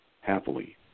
happily